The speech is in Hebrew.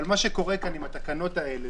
אבל מה שקורה עם התקנות הללו,